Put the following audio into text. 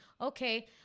okay